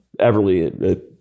Everly